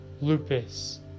lupus